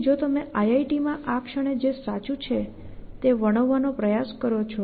પછી જો તમે IIT માં આ ક્ષણે જે સાચું છે તે વર્ણવવાનો પ્રયાસ કરો છો